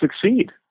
succeed